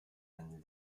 and